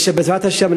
ובעזרת השם,